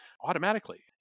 automatically